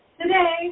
Today